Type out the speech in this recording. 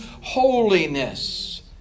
holiness